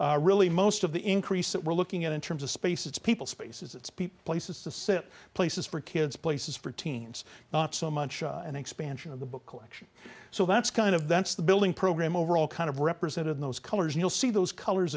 really most of the increase that we're looking at in terms of space it's people spaces it's people places to sit places for kids places for teens not so much an expansion of the book collection so that's kind of that's the building program overall kind of represented in those colors you'll see those colors